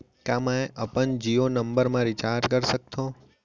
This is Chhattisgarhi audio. का मैं अपन जीयो नंबर म रिचार्ज कर सकथव?